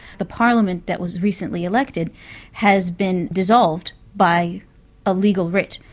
the parliament that was recently elected has been dissolved by a legal writ.